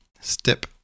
Step